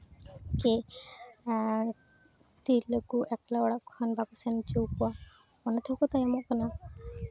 ᱦᱮᱸ ᱟᱨ ᱛᱤᱨᱞᱟᱹ ᱠᱚ ᱮᱠᱞᱟ ᱚᱲᱟᱜ ᱠᱷᱚᱱ ᱵᱟᱠᱚ ᱥᱮᱱ ᱦᱚᱪᱚ ᱟᱠᱚᱣᱟ ᱚᱱᱟ ᱛᱮᱦᱚᱸ ᱠᱚ ᱛᱟᱭᱚᱢᱚᱜ ᱠᱟᱱᱟ